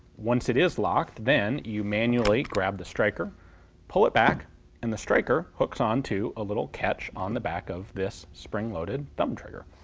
once it is locked then you manually grab the striker pull it back and the striker hooks on to a little catch on the back of this spring-loaded thumb trigger.